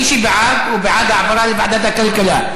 מי שבעד, הוא בעד העברה לוועדת הכלכלה.